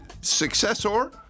successor